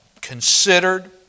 considered